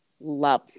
love